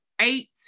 eight